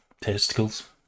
testicles